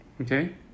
okay